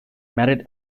married